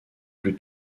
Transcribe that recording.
plus